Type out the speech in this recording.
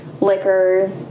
liquor